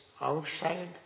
outside